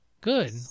Good